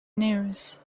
news